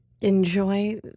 enjoy